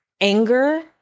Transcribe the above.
anger